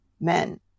men